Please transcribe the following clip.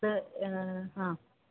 അത് ആ